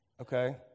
Okay